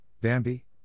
Bambi